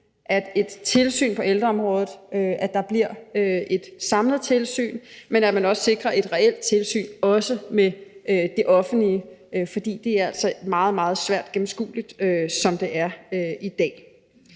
til tilsyn på ældreområdet bliver et samlet tilsyn, men at man også sikrer et reelt tilsyn, også med det offentlige, for det er altså meget, meget svært gennemskueligt, som det er i dag.